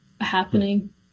happening